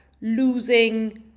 losing